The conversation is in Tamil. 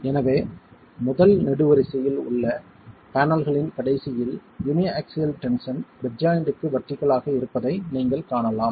எனவே முதல் நெடுவரிசையில் உள்ள பேனல்களின் கடைசியில் யூனிஆக்சியல் டென்ஷன் பெட் ஜாய்ண்ட்க்கு வெர்டிகள் ஆக இருப்பதை நீங்கள் காணலாம்